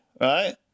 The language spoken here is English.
right